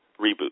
reboot